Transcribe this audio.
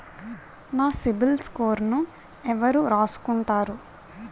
నా సిబిల్ స్కోరును ఎవరు రాసుకుంటారు